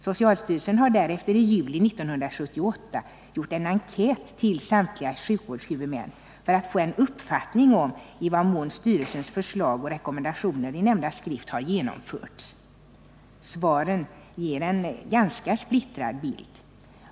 Socialstyrelsen har därefter i juli 1978 gjort en enkät till samtliga sjukvårdshuvudmän för att få en uppfattning om i vad mån styrelsens förslag och rekommendationer i nämnda skrift har genomförts. Svaren ger en ganska splittrad bild.